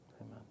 Amen